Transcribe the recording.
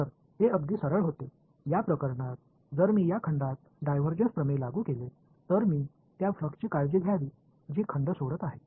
तर हे अगदी सरळ होते या प्रकरणात जर मी या खंडात डायव्हर्जन्स प्रमेय लागू केले तर मी त्या फ्लक्सची काळजी घ्यावी जी खंड सोडत आहे